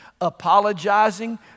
Apologizing